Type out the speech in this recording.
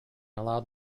allowed